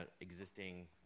existing